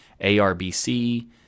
ARBC